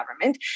government